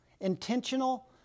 intentional